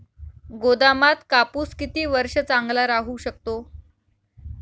गोदामात कापूस किती वर्ष चांगला राहू शकतो?